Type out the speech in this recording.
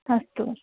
अस्तु